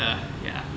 err ya